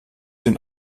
den